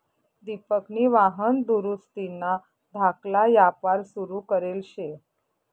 दिपकनी वाहन दुरुस्तीना धाकला यापार सुरू करेल शे